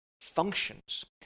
functions